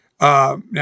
now